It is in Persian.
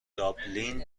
دابلین